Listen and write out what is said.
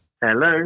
Hello